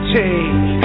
take